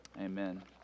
amen